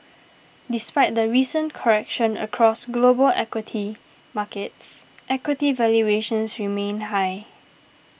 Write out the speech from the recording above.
despite the recent correction across global equity markets equity valuations remain high